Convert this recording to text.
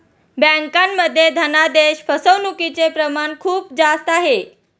बँकांमध्ये धनादेश फसवणूकचे प्रमाण खूप जास्त आहे